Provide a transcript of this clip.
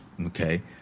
Okay